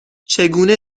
چگونه